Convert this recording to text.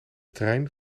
trein